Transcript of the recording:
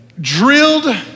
drilled